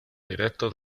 directo